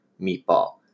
meatball